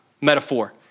metaphor